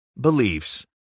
beliefs